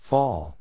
Fall